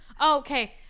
okay